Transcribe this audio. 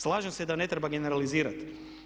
Slažem se i da ne treba generalizirati.